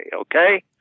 okay